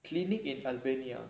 clinic in mount alvernia